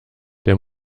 der